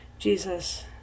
Jesus